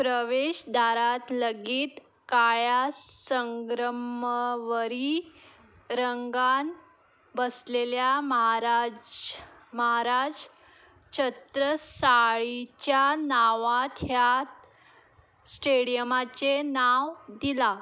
प्रवेश दारांत लेगीत काळ्या संग्रम वरी रंगान बसलेल्या म्हाराज म्हाराज छत्रसाळीच्या नांवांत ह्यात स्टेडियमाचें नांव दिलां